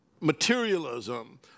materialism